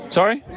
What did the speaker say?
sorry